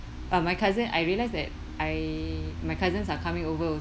uh my cousin I realised that I my cousins are coming over